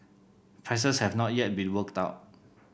prices have not yet been worked out